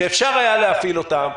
שאפשר היה להפעיל אותם,